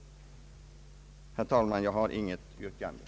Herr talman! Jag har intet yrkande.